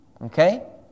Okay